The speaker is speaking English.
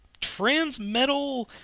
Transmetal